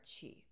chi